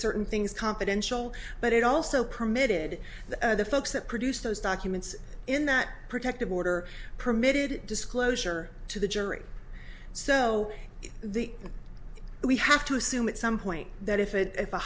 certain things confidential but it also permitted the folks that produce those documents in that protective order permitted disclosure to the jury so the we have to assume at some point that if it if a